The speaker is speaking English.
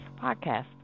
podcast